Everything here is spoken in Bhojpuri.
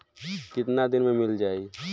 कितना दिन में मील जाई?